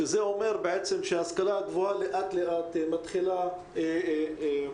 זה אומר שבעצם ההשכלה הגבוהה לאט לאט מתחילה לחזור.